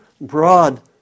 broad